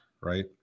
Right